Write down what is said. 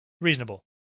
Reasonable